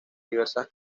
diversas